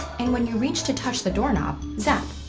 and when you reach to touch the door knob, zap!